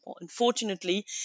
Unfortunately